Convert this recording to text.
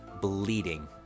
bleeding